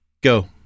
go